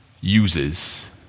uses